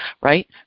Right